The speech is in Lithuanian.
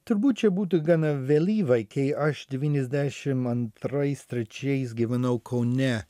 turbūt čia būtų gana vėlyvai kai aš devyniasdešim antrais trečiais gyvenau kaune